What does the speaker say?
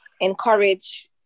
encourage